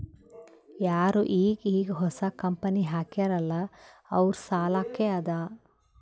ಯಾರು ಈಗ್ ಈಗ್ ಹೊಸಾ ಕಂಪನಿ ಹಾಕ್ಯಾರ್ ಅಲ್ಲಾ ಅವ್ರ ಸಲ್ಲಾಕೆ ಅದಾ